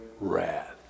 wrath